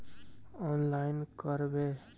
Online करवे?